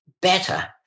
better